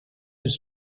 his